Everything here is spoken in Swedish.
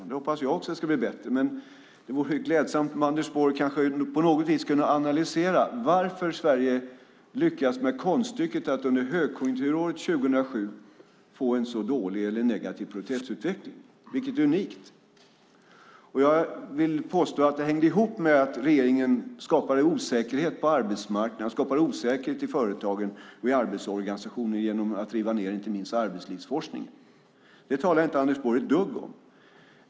Jag hoppas också att det ska bli bättre, men det vore klädsamt om Anders Borg på något vis kunde analysera varför Sverige lyckas med konststycket att under högkonjunkturåret 2007 få en så dålig eller negativ produktivitetsutveckling. Det är unikt. Jag vill påstå att det hängde ihop med att regeringen skapade osäkerhet på arbetsmarknaden, i företagen och i arbetsorganisationer genom att riva ned inte minst arbetslivsforskningen. Det talar inte Anders Borg ett dugg om.